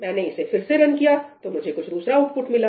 मैंने इसे फिर से रन किया तो मुझे कुछ दूसरा आउटपुट मिला